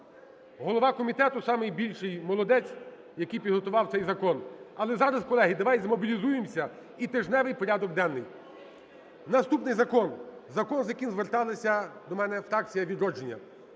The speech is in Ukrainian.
Голова комітету самий більший молодець, який підготував цей закон. Але зараз, колеги, давайте змобілізуємося і тижневий порядок денний. Наступний закон – закон, з яким зверталася до мене фракція "Відродження".